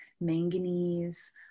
manganese